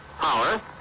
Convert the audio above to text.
power